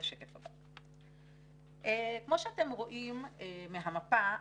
כמו שאתם רואים מהמפה,